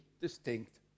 distinct